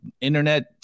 Internet